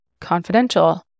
confidential